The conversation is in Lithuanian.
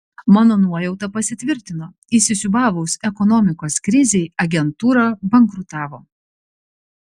mano nuojauta pasitvirtino įsisiūbavus ekonomikos krizei agentūra bankrutavo